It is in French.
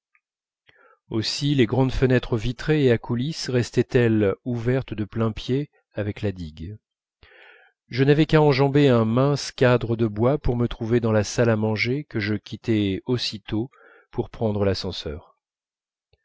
aussi les grandes fenêtres vitrées et à coulisses restaient elles ouvertes de plain-pied avec la digue je n'avais qu'à enjamber un mince cadre de bois pour me trouver dans la salle à manger que je quittais aussitôt pour prendre l'ascenseur